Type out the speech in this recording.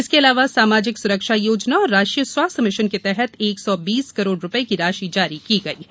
इसके अलावा समाजिक सुरक्षा योजना और राष्ट्रीय स्वास्थ्य मिशन के तहत एक सौ बीस करोड़ रुपये की राशि जारी की गई है